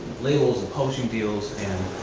labels, promotion deals, and